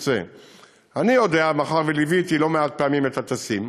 אני יודע, מאחר שליוויתי לא-מעט פעמים את הטסים,